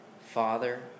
Father